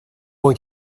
were